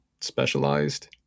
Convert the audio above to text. specialized